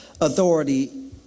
authority